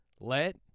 Let